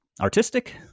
artistic